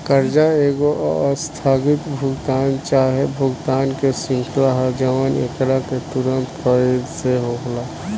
कर्जा एगो आस्थगित भुगतान चाहे भुगतान के श्रृंखला ह जवन एकरा के तुंरत खरीद से होला